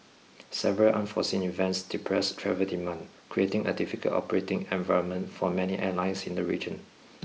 several unforeseen events depressed travel demand creating a difficult operating environment for many airlines in the region